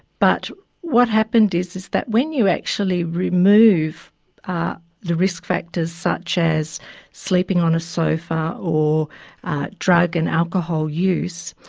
but what happened is is that when you actually remove the risk factors such as sleeping on a sofa or drug and alcohol use,